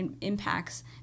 impacts